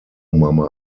mama